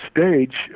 stage